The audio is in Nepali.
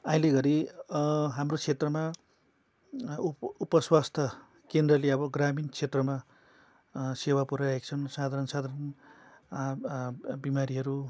अहिले घरी हाम्रो क्षेत्रमा उ उप स्वास्थ्य केन्द्रले अब ग्रामीण क्षेत्रमा सेवा पुर्याइरहेका छन् साधारण साधारण बिमारीहरू